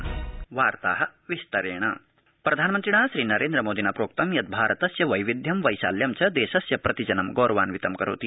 प्रधानमन्त्री मन की ात प्रधान मन्त्रिणा श्रीनरेन्द्र मोदिना प्रोक्तं यत् भारतस्य वैविध्यं वैशाल्यं च देशस्य प्रतिजनं गौरवान्वितं करोति